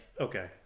Okay